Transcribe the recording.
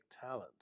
talent